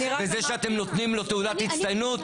וזה שאתם נותנים לו תעודת הצטיינות,